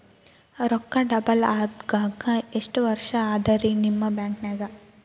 ರೊಕ್ಕ ಡಬಲ್ ಆಗಾಕ ಎಷ್ಟ ವರ್ಷಾ ಅದ ರಿ ನಿಮ್ಮ ಬ್ಯಾಂಕಿನ್ಯಾಗ?